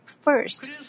first